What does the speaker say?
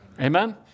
Amen